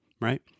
right